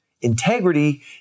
Integrity